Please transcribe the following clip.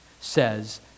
says